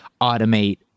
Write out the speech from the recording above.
automate